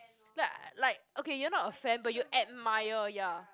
like like you are not a fan but you admire ya